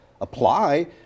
apply